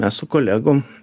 mes su kolegom